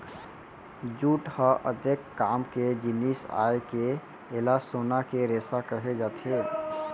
jute ह अतेक काम के जिनिस आय के एला सोना के रेसा कहे जाथे